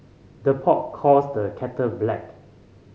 the pot calls the kettle black